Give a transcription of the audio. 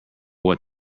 what